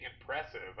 impressive